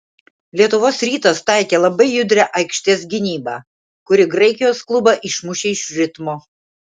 lietuvos rytas taikė labai judrią aikštės gynybą kuri graikijos klubą išmušė iš ritmo